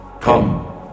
Come